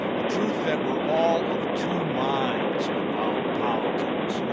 the truth that we're all of two minds about politics, you know